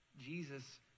Jesus